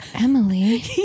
Emily